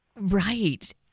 Right